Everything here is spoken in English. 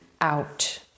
out